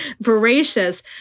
voracious